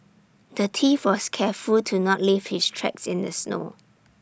the thief was careful to not leave his tracks in the snow